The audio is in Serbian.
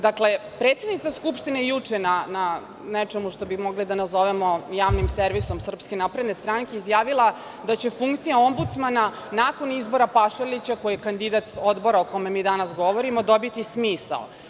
Dakle, predsednica Skupštine je juče, na nečemu, što bi mogli da nazovemo javnim servisom SNS izjavila, da će funkcija ombudsmana nakon izbora Pašalića, koji je kandidat Odbora o kome mi danas govorimo, dobiti smisao.